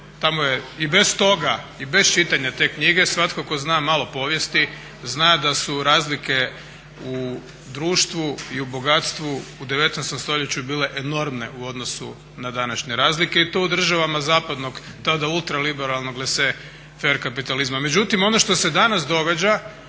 tamo je i bez toga i bez čitanja te knjige svatko tko zna malo povijesti zna da su razlike u društvu i u bogatstvu u 19.stoljeću bile enormne u odnosu na današnje razlike i tu o u državama zapadnog tada ultraliberalnog … fer kapitalizma.